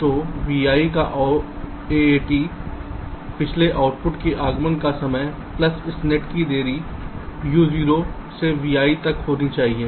तो vi का AAT पिछले आउटपुट में आगमन का समय प्लस इस नेट की देरी uo से vi तक होना चाहिए